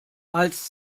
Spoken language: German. als